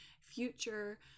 future